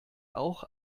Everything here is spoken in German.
auch